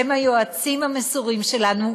שהם היועצים המסורים שלנו,